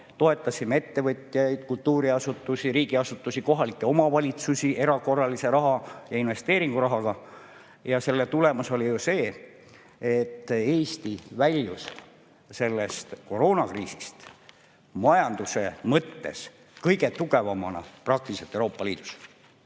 Toetasime ettevõtjaid, kultuuriasutusi, riigiasutusi, kohalikke omavalitsusi erakorralise raha ja investeeringurahaga. Selle tulemus oli ju see, et Eesti väljus koroonakriisist majanduse mõttes peaaegu kõige tugevamana Euroopa Liidus.